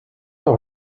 auch